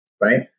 right